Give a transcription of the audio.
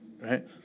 right